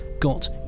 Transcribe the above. got